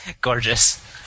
Gorgeous